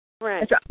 Right